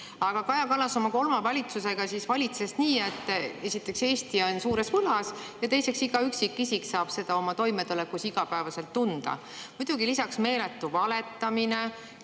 aga Kaja Kallas oma kolme valitsusega valitses nii, et esiteks on Eestil suur võlg, ja teiseks, iga üksikisik saab seda oma toimetulekus igapäevaselt tunda. Muidugi lisaks meeletu valetamine,